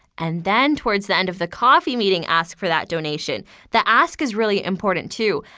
and then towards the end of the coffee meeting, ask for that donation the ask is really important, too.